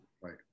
Right